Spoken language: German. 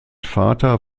vater